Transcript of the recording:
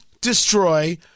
destroy